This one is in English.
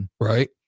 right